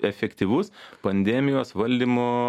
efektyvus pandemijos valdymo